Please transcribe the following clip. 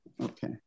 Okay